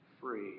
free